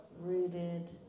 rooted